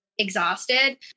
exhausted